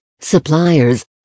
suppliers